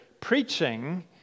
preaching